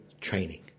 training